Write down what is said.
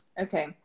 okay